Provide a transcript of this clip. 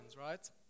right